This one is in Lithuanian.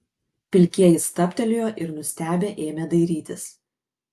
pilkieji stabtelėjo ir nustebę ėmė dairytis